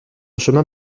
chemin